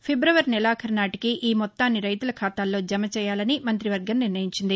ఫిబ్రవరి నెలాఖరునాటికి ఈ మొత్తాన్ని రైతుల ఖాతాల్లో జమ చేయాలని మంత్రివర్గం నిర్ణయించింది